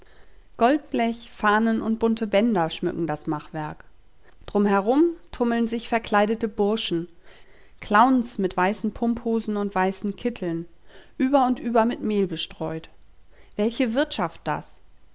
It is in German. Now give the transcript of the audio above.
goldblech fahnen und bunte bänder schmücken das machwerk drum herum tummeln sich verkleidete burschen clowns mit weißen pumphosen und weißen kitteln über und über mit mehl bestreut welche wirtschaft das